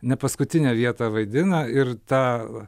ne paskutinę vietą vaidino ir tą